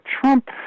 Trump